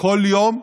כל יום,